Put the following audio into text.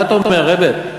מה אתה אומר, רבי?